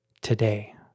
today